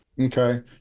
Okay